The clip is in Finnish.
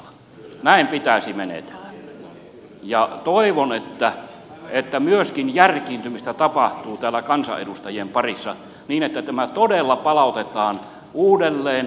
näin pitäisi menetellä ja toivon että myöskin järkiintymistä tapahtuu täällä kansanedustajien parissa niin että tämä todella palautetaan uudelleen parlamentaariseen valmisteluun